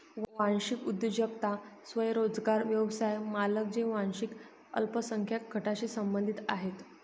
वांशिक उद्योजकता स्वयंरोजगार व्यवसाय मालक जे वांशिक अल्पसंख्याक गटांशी संबंधित आहेत